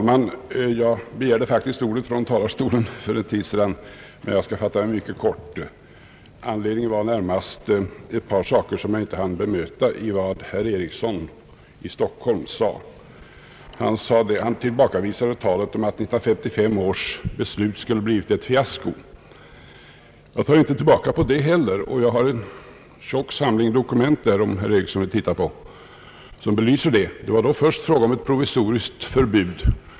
Herr talman! Jag skall fatta mig mycket kort. Anledningen var närmast ett par saker som jag inte hann bemöta av vad herr Ericsson sade. Herr Ericsson tillbakavisade talet om att 1954 års beslut skulle ha blivit ett fiasko. Jag tar inte tillbaka det heller, och jag har en tjock samling dokument i min bänk om den saken som belyser detta och som herr Ericsson kan få titta på. Det var först fråga om ett provisoriskt förbud.